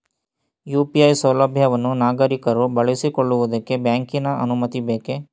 UPI ಸೌಲಭ್ಯವನ್ನು ನಾಗರಿಕರು ಬಳಸಿಕೊಳ್ಳುವುದಕ್ಕೆ ಬ್ಯಾಂಕಿನ ಅನುಮತಿ ಬೇಕೇ?